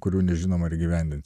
kurių nežinom ar įgyvendinsim